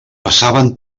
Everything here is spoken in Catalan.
passaven